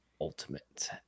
ultimate